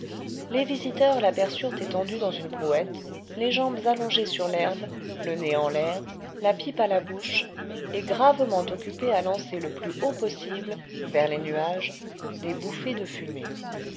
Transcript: les visiteurs l'aperçurent étendu dans une brouette les jambes allongées sur l'herbe le nez en l'air la pipe à la bouche et gravement occupé à lancer le plus haut possible vers les nuages des bouffées de fumée